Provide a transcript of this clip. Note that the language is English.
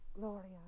Gloria